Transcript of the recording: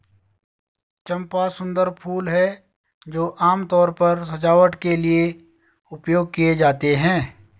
चंपा सुंदर फूल हैं जो आमतौर पर सजावट के लिए उपयोग किए जाते हैं